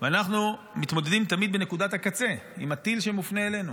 ואנחנו מתמודדים תמיד בנקודת הקצה עם הטיל שמופנה אלינו.